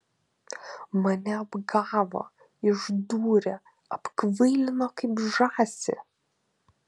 mane apgavo išdūrė apkvailino kaip žąsį